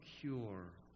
cure